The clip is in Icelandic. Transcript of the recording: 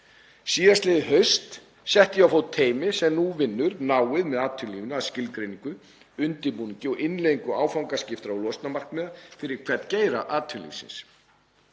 Síðastliðið haust setti ég á fót teymi sem vinnur nú náið með atvinnulífinu að skilgreiningu, undirbúningi og innleiðingu áfangaskiptra losunarmarkmiða fyrir hvern geira atvinnulífsins.